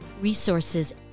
resources